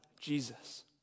Jesus